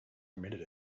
permitted